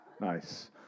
Nice